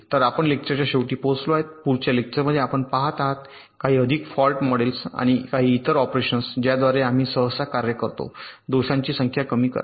तर आपण या लेक्चरच्या शेवटी पोहोचलो आहोत पुढच्या लेक्चरमध्ये आपण पहात आहोत काही अधिक फॉल्ट मॉडेल्स आणि काही इतर म्हणजे ऑपरेशन्स ज्याद्वारे आम्ही सहसा कार्य करतो दोषांची संख्या कमी करा